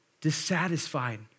dissatisfied